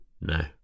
No